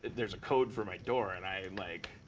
there's a code for my door. and i like,